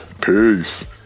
Peace